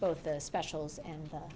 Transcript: both the specials and